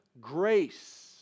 grace